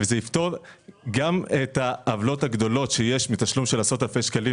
וזה יפתור גם את העוולות הגדולות שיש מתשלום של עשרות אלפי שקלים